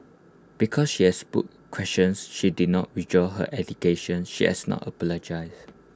because she has put questions she did not withdraw her allegation she has not apologised